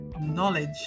knowledge